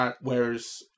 Whereas